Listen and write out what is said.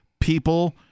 people